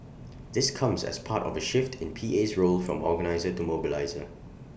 this comes as part of A shift in P A's role from organiser to mobiliser